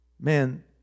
man